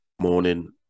Morning